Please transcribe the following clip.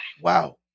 Wow